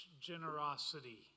generosity